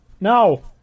No